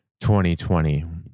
2020